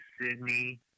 Sydney